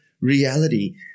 reality